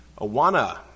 Awana